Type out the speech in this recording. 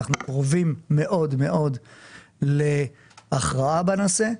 אנחנו קרובים מאד מאד להכרעה בנושא,